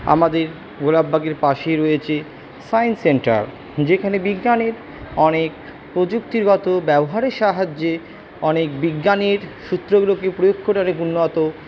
আমাদের গোলাপবাগের পাশে রয়েছে সাইন্স সেন্টার যেখানে বিজ্ঞানের অনেক প্রযুক্তিগত ব্যবহারের সাহায্যে অনেক বিজ্ঞানীর সূত্রগুলোকে প্রয়োগ করে অনেক উন্নত